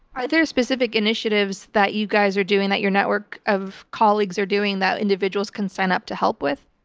are there specific initiatives that you guys are doing, that your network of colleagues are doing that individuals can sign up to help with?